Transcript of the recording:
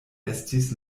estis